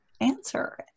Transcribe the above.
answer